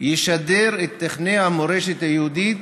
ישדר את תוכני המורשת היהודית,